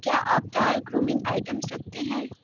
क्या आप दाल ग्रूमिंग आइटम्स रखते हैं